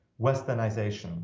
westernization